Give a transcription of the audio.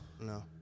No